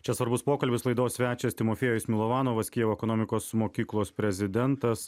čia svarbus pokalbis laidos svečias timofiejus milovanovas kijevo ekonomikos mokyklos prezidentas